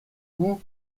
coup